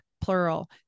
plural